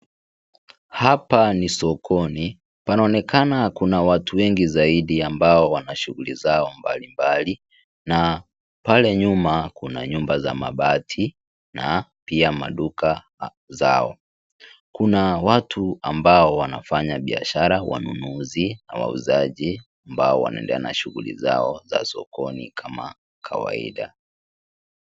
Hapa ni sokoni. Panaonekana kuna watu wengi zaidi ambao wana shughuli zao mbalimbali na pale nyuma kuna nyumba za mabati na pia maduka zao. Kuna watu ambao wanafanya biashara, wanunuzi na wauzaji ambao wanaendelea na shughuli zao za sokoni kama kawaida.